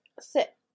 Sit